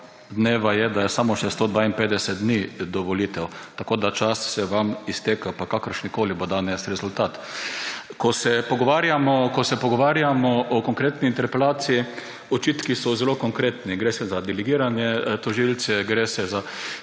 je, da je samo še 152 dni do volitev. Tako da čas se vam izteka, pa kakršenkoli bo danes rezultat. Ko se pogovarjamo o konkretni interpelaciji, so očitki zelo konkretni. Gre za delegirane tožilce, gre za